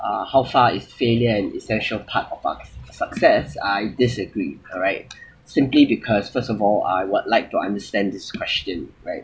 ah how far is failure an essential part of our success I disagree alright simply because first of all I would like to understand this question right